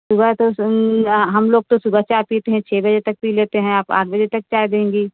सुबह तो हम लोग तो सुबह चाय पीते हैं छः बजे तक पी लेते हैं आप आठ बजे तक चाय देंगी